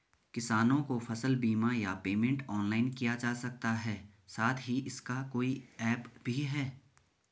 किसानों को फसल बीमा या पेमेंट ऑनलाइन किया जा सकता है साथ ही इसका कोई ऐप भी है?